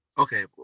Okay